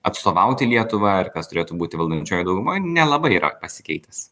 atstovauti lietuvą ar kas turėtų būti valdančioji dauguma nelabai yra pasikeitęs